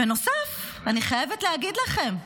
בנוסף, אני חייבת להגיד לכם: